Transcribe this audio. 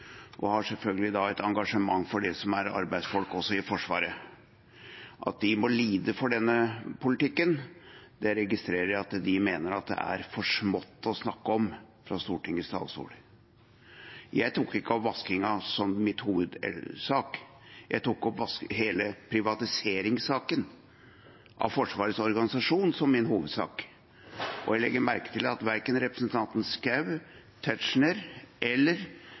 og har selvfølgelig da et engasjement for det som er arbeidsfolk også i Forsvaret. At de må lide for denne politikken, registrerer jeg at de mener er for smått å snakke om fra Stortingets talerstol. Jeg tok ikke opp vaskingen som min hovedsak, jeg tok opp hele privatiseringssaken av Forsvarets organisasjon som min hovedsak. Jeg legger merke til at verken representantene Schou, Tetzschner eller